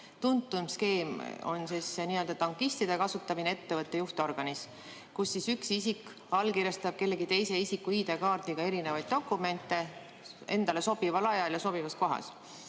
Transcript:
Tuntuim skeem on n‑ö tankistide kasutamine ettevõtte juhtorganis, kui üks isik allkirjastab kellegi teise isiku ID‑kaardiga erinevaid dokumente endale sobival ajal ja sobivas kohas.